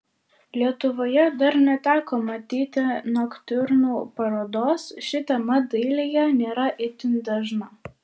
lietuvoje dar neteko matyti noktiurnų parodos ši tema dailėje nėra itin dažna